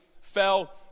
fell